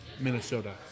Minnesota